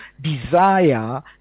desire